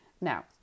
Now